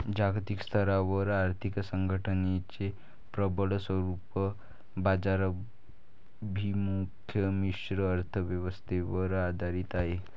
जागतिक स्तरावर आर्थिक संघटनेचे प्रबळ स्वरूप बाजाराभिमुख मिश्र अर्थ व्यवस्थेवर आधारित आहे